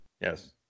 yes